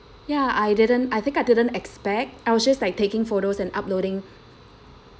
ya I didn't I think I didn't expect I was just like taking photos and uploading